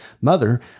mother